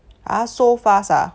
!huh! so fast ah